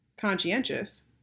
conscientious